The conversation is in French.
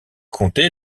conté